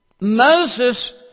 Moses